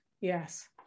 yes